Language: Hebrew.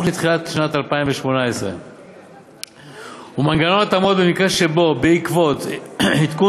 לתחילת שנת 2018 ומנגנון התאמות במקרה שבעקבות עדכון